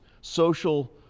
social